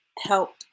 help